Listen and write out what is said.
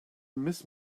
miss